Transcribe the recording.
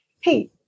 hey